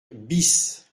bis